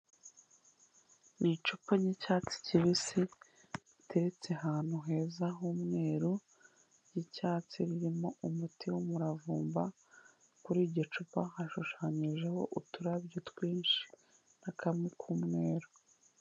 Ni icupa ry'icyatsi kibisi, riteretse ahantu heza h'umweruru, ry'icyatsi ririmo umuti w'umuravumba, kuri iryo cupa hashushanyijeho uturabyo twinshi, n'akamwe k'umweru.